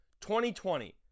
2020